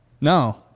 No